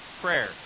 prayer